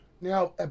Now